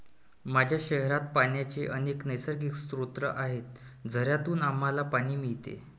माझ्या शहरात पाण्याचे अनेक नैसर्गिक स्रोत आहेत, झऱ्यांतून आम्हाला पाणी मिळते